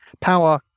power